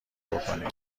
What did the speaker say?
بکنی